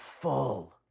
full